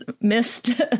missed